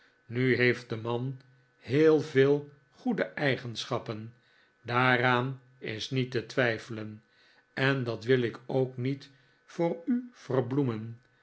nu heeft de man heel veel goede eigenschappen daaraan is niet te twijfelen en dat wil ik ook niet voor u verbloemen